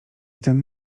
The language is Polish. ten